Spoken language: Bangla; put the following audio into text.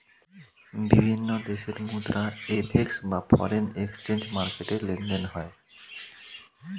বিভিন্ন দেশের মুদ্রা এফ.এক্স বা ফরেন এক্সচেঞ্জ মার্কেটে লেনদেন হয়